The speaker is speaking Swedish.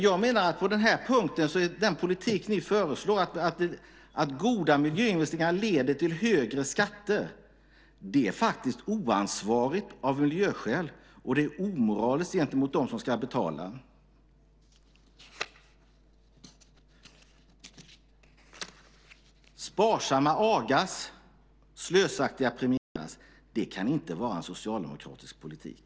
Jag menar att den politik ni föreslår på den punkten, att goda miljöinvesteringar leder till högre skatter, är oansvarig av miljöskäl, och det är omoraliskt mot dem som ska betala. Sparsamma agas, och slösaktiga premieras. Det kan inte vara en socialdemokratisk politik.